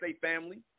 family